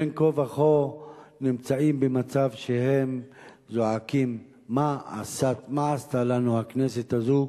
בין כה וכה נמצאים במצב שהם זועקים: מה עשתה לנו הכנסת הזאת?